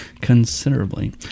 Considerably